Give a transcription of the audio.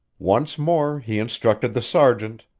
once more he instructed the sergeant,